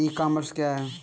ई commerce क्या है?